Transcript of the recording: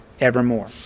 evermore